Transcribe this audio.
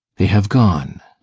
they have gone!